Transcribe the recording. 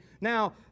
Now